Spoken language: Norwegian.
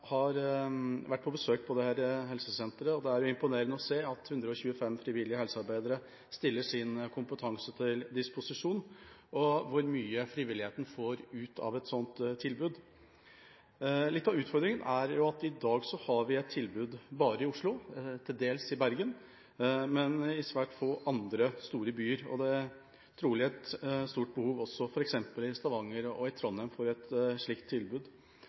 har vært på besøk på dette helsesenteret, og det er imponerende å se at 125 frivillige helsearbeidere stiller sin kompetanse til disposisjon, og hvor mye frivilligheten får ut av et sånt tilbud. Noe av utfordringa er jo at vi i dag bare har et tilbud i Oslo, til dels i Bergen, men i svært få andre store byer. Trolig er det i f.eks. Stavanger og Trondheim også stort behov